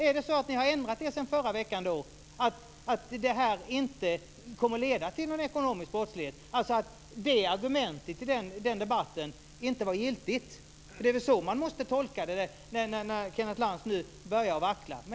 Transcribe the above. Är det så att ni har ändrat er sedan förra veckan, att det här inte kommer att leda till någon ekonomisk brottslighet, alltså att argumentet i den debatten inte var giltigt? Det är väl så man måste tolka det när Kenneth Lantz nu börjar vackla.